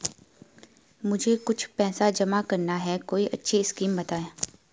मुझे कुछ पैसा जमा करना है कोई अच्छी स्कीम बताइये?